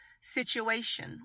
situation